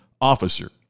officer